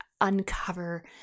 uncover